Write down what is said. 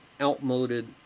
outmoded